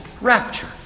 rapture